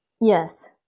Yes